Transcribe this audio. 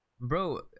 Bro